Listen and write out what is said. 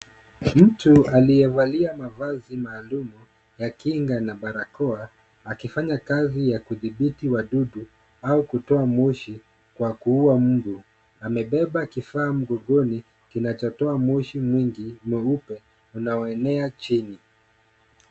Mtu aliyevalia mavazi maalum ya kinga na barakoa akifanya kazi ya kudhibiti wadudu au kutoa moshi kwa kuuwa mbu. Amebeba kifaa mgongoni kinachotoa moshi mwingi mweupe unaoenea chini.